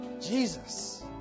Jesus